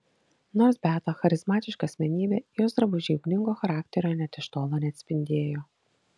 nors beata charizmatiška asmenybė jos drabužiai ugningo charakterio net iš tolo neatspindėjo